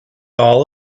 all